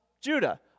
Judah